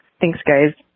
thanks, guys